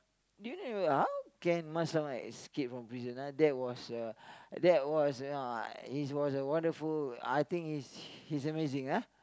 do you remember how can Mas-Selamat escape from prison ah that was a that was a uh he was a wonderful I think he's he's amazing ah